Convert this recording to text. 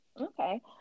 okay